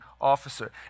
officer